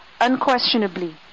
unquestionably